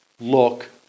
Look